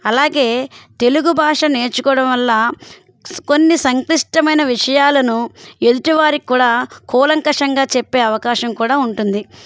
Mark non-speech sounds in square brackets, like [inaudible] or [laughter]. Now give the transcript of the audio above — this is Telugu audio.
అలాగే తెలుగు భాష నేర్చుకోవడం వల్ల [unintelligible] కొన్ని సంక్లిష్టమైన విషయాలను ఎదుటి వారికి కూడా కూలంకషంగా చెప్పే అవకాశం కూడా ఉంటుంది